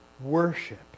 Worship